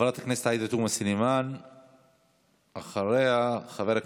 לאומי עמלים כבר חודשים למצוא מענה על מחאה שאותה הם מכנים "מרי